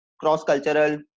cross-cultural